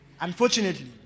Unfortunately